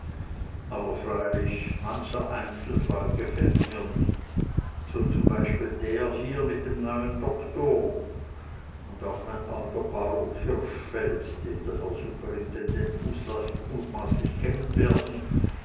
aber freilich mancher einzelfall gefällt mir nicht so zum beispiel der hier mit dem neuen doktor und auch mein alter baruch hirschfeld den der herr superintendent mutmaßlich kennen werden